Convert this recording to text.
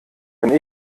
wenn